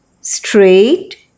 straight